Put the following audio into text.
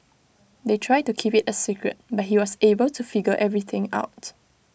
they tried to keep IT A secret but he was able to figure everything out